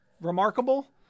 remarkable